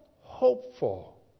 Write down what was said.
hopeful